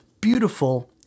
beautiful